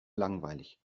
langweilig